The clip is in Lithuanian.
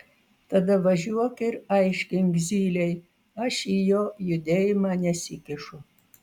tada važiuok ir aiškink zylei aš į jo judėjimą nesikišu